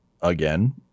again